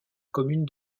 commune